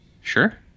sure